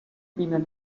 peanut